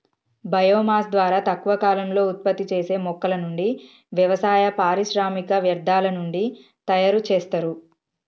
bio mass ద్వారా తక్కువ కాలంలో ఉత్పత్తి చేసే మొక్కల నుండి, వ్యవసాయ, పారిశ్రామిక వ్యర్థాల నుండి తయరు చేస్తారు